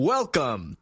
Welcome